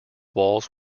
walls